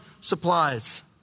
supplies